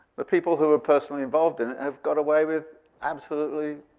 the people who were personally involved in it have got away with absolutely